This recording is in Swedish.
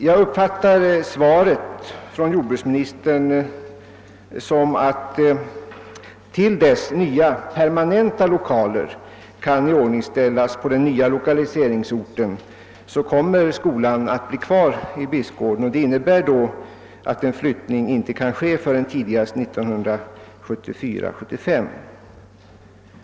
Jag uppfattar svaret från jordbruksministern så, att till dess att nya permanenta lokaler kan iordningställas på den nya lokaliseringsorten kommer skolan att bli kvar i Bispgården. Det innebär i så fall att en flyttning inte kan ske förrän tidigast 1974/75.